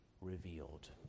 revealed